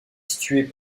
située